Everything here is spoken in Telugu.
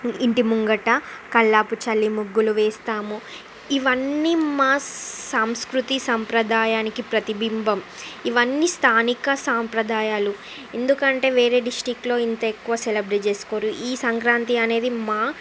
ఇంటి ముంగట కల్లాపు చల్లి ముగ్గులు వేస్తాము ఇవన్నీ మా సంస్కృతి సాంప్రదాయానికి ప్రతిబింబం ఇవన్నీ స్థానిక సాంప్రదాయాలు ఎందుకంటే వేరే డిస్టిక్లో ఇంత ఎక్కువ సెలబ్రేట్ చేసుకోరు ఈ సంక్రాంతి అనేది మా